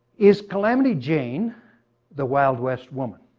is calamity jane the wild west woman?